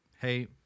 hey